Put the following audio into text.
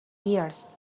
years